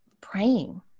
praying